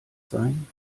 sein